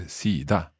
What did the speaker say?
sida